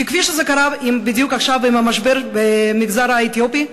כפי שזה קרה בדיוק עכשיו עם המשבר במגזר האתיופי,